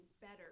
better